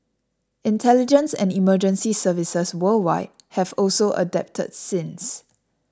intelligence and emergency services worldwide have also adapted since